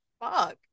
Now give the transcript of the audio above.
fuck